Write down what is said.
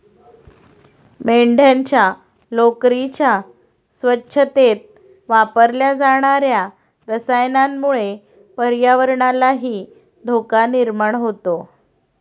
मेंढ्यांच्या लोकरीच्या स्वच्छतेत वापरल्या जाणार्या रसायनामुळे पर्यावरणालाही धोका निर्माण होतो